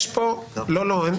לא לא,